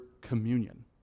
communion